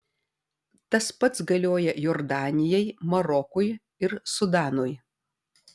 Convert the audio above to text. tas pats galioja jordanijai marokui ir sudanui